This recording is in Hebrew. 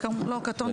לא, קטונתי.